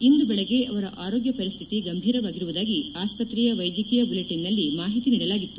ಇಂದು ಬೆಳಗ್ಗೆ ಅವರ ಆರೋಗ್ಯ ಪರಿಸ್ಥಿತಿ ಗಂಭೀರವಾಗಿರುವುದಾಗಿ ಆಸ್ವತ್ರೆಯ ವೈದ್ಯಕೀಯ ಬುಲೆಟಿನ್ನಲ್ಲಿ ಮಾಹಿತಿ ನೀಡಲಾಗಿತ್ತು